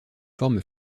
forme